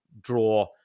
draw